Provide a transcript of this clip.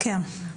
כן.